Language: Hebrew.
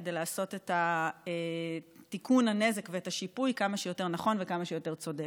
כדי לעשות את תיקון הנזק ואת השיפוי כמה שיותר נכון וכמה שיותר צודק.